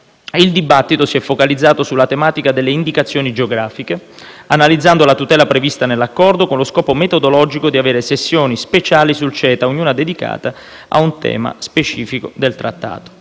Il dibattito si è focalizzato sulla tematica delle indicazioni geografiche, analizzando la tutela prevista nell'accordo, con lo scopo metodologico di avere sessioni speciali sul CETA, ognuna dedicata a un tema specifico del trattato.